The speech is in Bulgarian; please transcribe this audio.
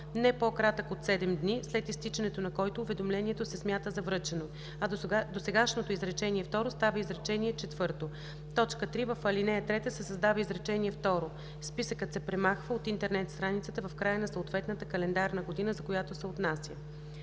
не по-кратък от 7 дни, след изтичането на който уведомлението се смята за връчено.“, а досегашното изречение второ става изречение четвърто. 3. В ал. 3 се създава изречение второ: „Списъкът се премахва от интернет страницата в края на съответната календарна година, за която се отнася.“